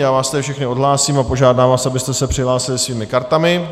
Já vás všechny odhlásím a požádám vás, abyste se přihlásili svými kartami.